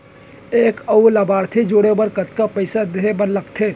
एक अऊ लाभार्थी जोड़े बर कतका पइसा देहे बर लागथे?